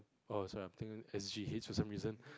oh sorry I'm think S_G_H for some reason